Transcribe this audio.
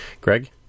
Greg